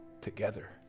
together